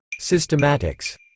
Systematics